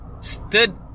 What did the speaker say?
stood